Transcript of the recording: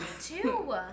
Two